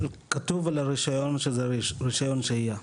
כתוב על הרישיון שזה רישיון שהייה.